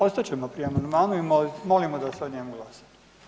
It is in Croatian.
Ostat ćemo pri amandmanu i molimo da se o njemu glasa.